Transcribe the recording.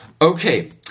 Okay